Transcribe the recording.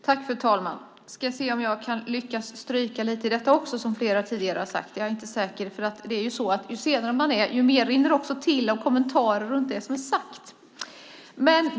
Fru ålderspresident! Jag ska se om jag lyckas stryka lite av mitt anförande också, som flera tidigare talare har gjort. Jag är inte säker. Det är ju så att ju senare på talarlistan man är desto mer rinner till av kommentarer till det som har sagts.